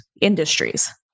industries